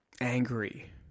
angry